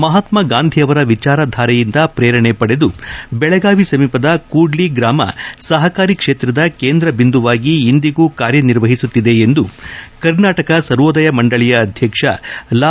ಮಹಾತ್ಮ ಗಾಂಧಿ ಅವರ ವಿಚಾರಧಾರೆಯಿಂದ ಪ್ರೇರಣೆ ಪಡೆದು ಬೆಳಗಾವಿ ಸಮೀಪದ ಕೂಡ್ಡಿ ಗ್ರಾಮ ಸಪಕಾರಿ ಕ್ಷೇತ್ರದ ಕೇಂದ್ರ ಬಿಂದುವಾಗಿ ಇಂದಿಗೂ ಕಾರ್ಯನಿರ್ವಹಿಸುತ್ತಿದೆ ಎಂದು ಕರ್ನಾಟಕ ಸರ್ವೋದಯ ಮಂಡಳಯ ಅಧ್ಯಕ್ಷ ಲಾ